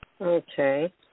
okay